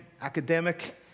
academic